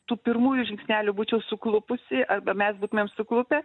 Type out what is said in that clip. tų pirmųjų žingsnelių būčiau suklupusi arba mes būtumėm suklupę